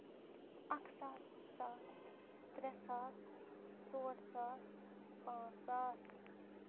اکھ ساس زٕ ساس ترٛےٚ ساس ژور ساس پانٛژھ ساس